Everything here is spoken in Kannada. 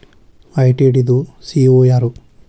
ಐ.ಟಿ.ಡಿ ದು ಸಿ.ಇ.ಓ ಯಾರು?